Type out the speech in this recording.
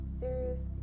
serious